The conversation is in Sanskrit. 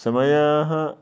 समयाः